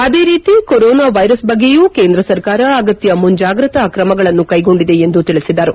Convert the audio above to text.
ಅದೇ ರೀತಿ corona virus ಬಗ್ಗೆಯೂ ಕೇಂದ್ರ ಸರ್ಕಾರ ಅಗತ್ಯ ಮುಂಜಾಗ್ರತಾ ಕ್ರಮಗಳನ್ನು ಕೈಗೊಂಡಿದೆ ಎಂದು ತಿಳಿಸಿದರು